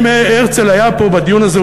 אם הרצל היה פה בדיון הזה,